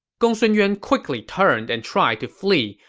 gongsun yuan quickly turned and tried to flee,